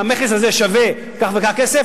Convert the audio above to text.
המכס הזה שווה כך וכך כסף,